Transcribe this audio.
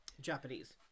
japanese